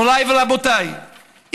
מוריי ורבותיי,